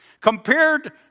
Compared